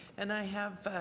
and i have